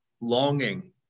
longing